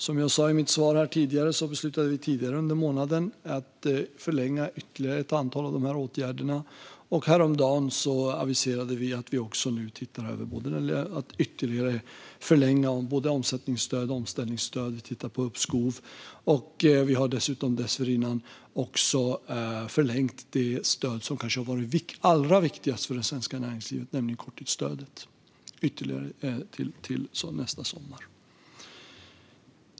Som jag sa i mitt svar tidigare beslutade vi tidigare under månaden att förlänga ytterligare ett antal av dessa åtgärder, och häromdagen aviserade vi att vi nu också tittar på att ytterligare förlänga både omsättnings och omställningsstödet. Vi tittar på uppskov, och vi har dessutom dessförinnan ytterligare förlängt det stöd som kanske har varit allra viktigast för det svenska näringslivet, nämligen korttidsstödet, till nästa sommar.